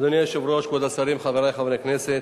אדוני היושב-ראש, כבוד השרים, חברי חברי הכנסת,